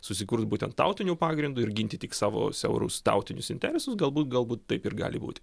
susikurti būtent tautiniu pagrindu ir ginti tik savo siaurus tautinius interesus galbūt galbūt taip ir gali būti